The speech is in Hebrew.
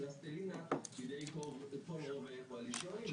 לפלסטלינה בידי כל רוב קואליציוני,